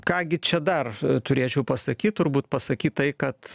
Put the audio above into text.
ką gi čia dar turėčiau pasakyt turbūt pasakyt tai kad